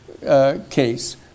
case